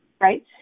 Right